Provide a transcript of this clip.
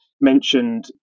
mentioned